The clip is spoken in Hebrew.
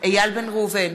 איל בן ראובן,